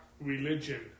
religion